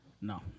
No